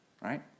right